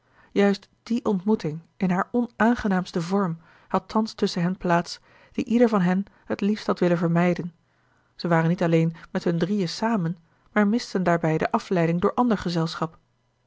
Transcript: juist die ontmoeting in haar onaangenaamsten vorm had thans tusschen hen plaats die ieder van hen het liefst had willen vermijden ze waren niet alleen met hun drieën samen maar misten daarbij de afleiding door ander gezelschap